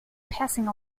passing